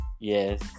Yes